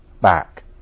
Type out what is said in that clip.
back